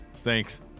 Thanks